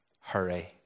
hurry